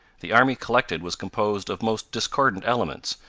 the army collected was composed of most discordant elements,